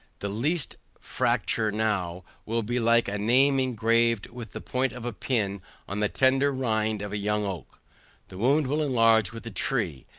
the least fracture now will be like a name engraved with the point of a pin on the tender rind of a young oak the wound will enlarge with the tree,